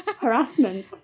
Harassment